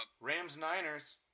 Rams-Niners